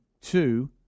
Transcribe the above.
two